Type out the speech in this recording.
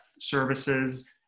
services